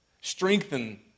Strengthen